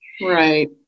Right